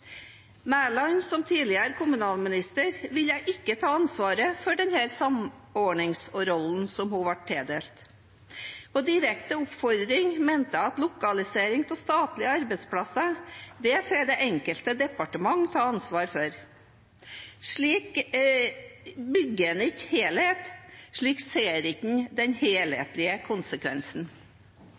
Mæland ville som tidligere kommunalminister ikke ta ansvaret for denne samordningsrollen som hun ble tildelt. På direkte oppfordring mente hun at lokalisering av statlige arbeidsplasser får det enkelte departement ta ansvar for. Slik bygger en ikke helhet. Slik ser en ikke den helhetlige konsekvensen.